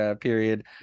period